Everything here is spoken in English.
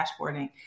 dashboarding